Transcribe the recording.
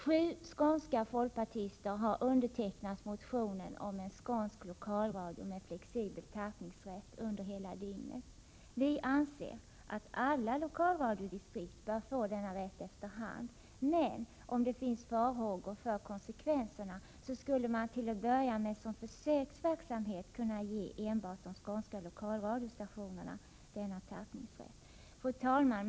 Sju skånska folkpartister har undertecknat motionen om en skånsk lokalradio med flexibel tappningsrätt under hela dygnet. Vi anser att alla lokalradiodistrikt bör få denna rätt efter hand, men om det finns farhågor för konsekvenserna skulle man till att börja med som försöksverksamhet kunna ge enbart de skånska lokalradiostationerna denna tappningsrätt. Fru talman!